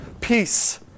peace